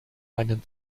einen